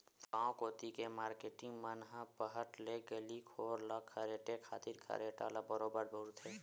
गांव कोती के मारकेटिंग मन ह पहट ले गली घोर ल खरेरे खातिर खरेटा ल बरोबर बउरथे